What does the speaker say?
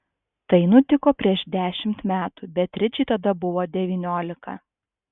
tai nutiko prieš dešimt metų beatričei tada buvo devyniolika